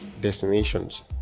destinations